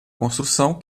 construção